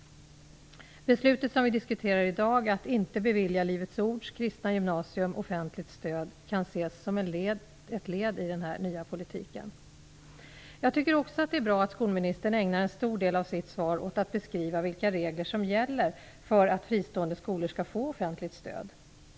Beslutet som vi diskuterar i dag, att inte bevilja Livets Ords Kristna Gymnasium offentligt stöd, kan ses som ett led i den nya politiken. Jag tycker också att det är bra att skolministern ägnar en stor del av sitt svar åt att beskriva vilka regler som gäller för att fristående skolor skall få offentligt stöd.